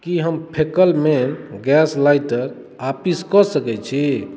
की हम फेकलमैन गैसलाइटर वापिस कऽ सकैत छी